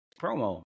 promo